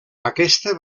aquesta